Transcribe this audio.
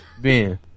Ben